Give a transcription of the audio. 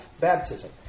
baptism